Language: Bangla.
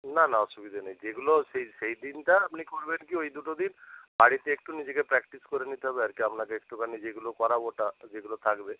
না না অসুবিধা নেই যেগুলো সেই সেই দিনটা আপনি করবেন কি ওই দুটো দিন বাড়িতে একটু নিজেকে প্রাকটিস করে নিতে হবে আর কি আপনাকে একটুখানি যেগুলো করাবো ওটা যেগুলো থাকবে